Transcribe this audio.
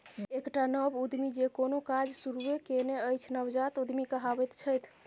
एकटा नव उद्यमी जे कोनो काज शुरूए केने अछि नवजात उद्यमी कहाबैत छथि